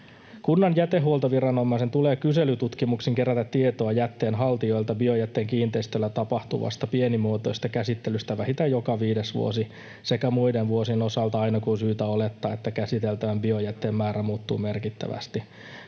”Kunnan jätehuoltoviranomaisen tulee kyselytutkimuksin kerätä tietoa jätteen haltijoilta biojätteen kiinteistöllä tapahtuvasta pienimuotoisesta käsittelystä vähintään joka viides vuosi sekä muiden vuosien osalta aina, kun on syytä olettaa, että käsiteltävän biojätteen määrä muuttuu merkittävästi.